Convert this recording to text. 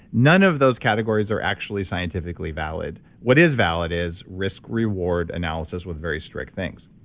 none of those categories are actually scientifically valid what is valid is risk reward analysis with very strict things.